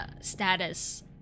status